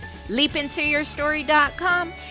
leapintoyourstory.com